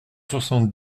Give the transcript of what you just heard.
soixante